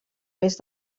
mes